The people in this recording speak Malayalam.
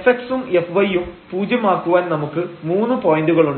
fx ഉം fy ഉം പൂജ്യം ആക്കുവാൻ നമുക്ക് 3 പോയന്റുകളുണ്ട്